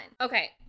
Okay